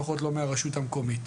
לפחות לא מהרשות המקומית.